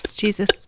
Jesus